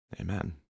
amen